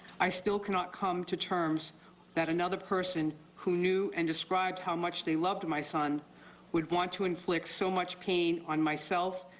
i still condition not come to terms that another person who knew and describes how much they loved my son would want to inflict so much pain on myself,